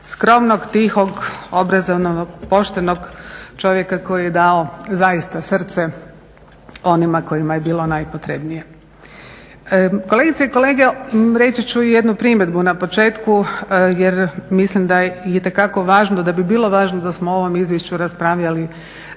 Skromnog, tihog, obrazovnog, poštenog čovjeka koji je dao zaista srce onima kojima je bilo najpotrebnije. Kolegice i kolege, reći ću i jednu primjedbu na početku jer mislim da je itekako važno, da bi bilo važno da smo o ovom izvješću raspravljali